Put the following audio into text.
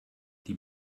die